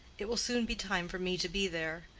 it will soon be time for me to be there.